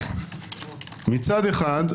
מצד אחד,